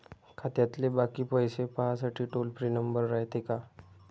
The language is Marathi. खात्यातले बाकी पैसे पाहासाठी टोल फ्री नंबर रायते का?